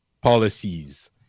policies